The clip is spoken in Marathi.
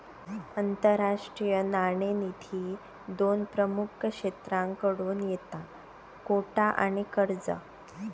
आंतरराष्ट्रीय नाणेनिधी दोन प्रमुख स्त्रोतांकडसून येता कोटा आणि कर्जा